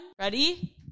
Ready